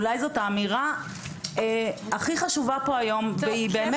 אולי זאת האמירה הכי חשובה פה היום, והיא תוצאה.